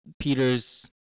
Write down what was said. Peter's